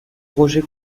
roger